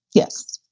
yes,